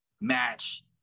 match